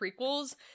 prequels